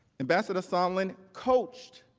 ambassador sondland coached